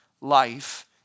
life